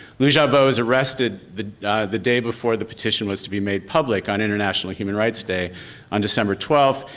liu xiaobo was arrested the the day before the petition was to be made public on international human rights day on december twelfth.